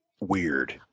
weird